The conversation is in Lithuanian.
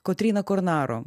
kotryna kornaro